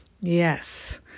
yes